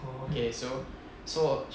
okay so so hor